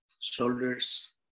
shoulders